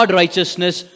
righteousness